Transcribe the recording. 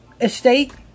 estate